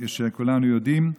וכולנו יודעים.